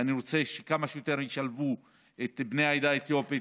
אני רוצה שכמה שיותר ישלבו את בני העדה האתיופית,